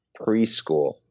preschool